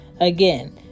Again